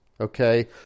Okay